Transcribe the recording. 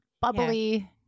bubbly